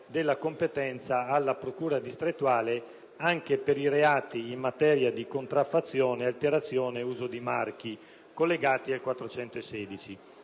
della competenza alla procura distrettuale anche per i reati in materia di contraffazione, alterazione o uso di marchi, collegati